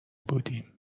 بودیم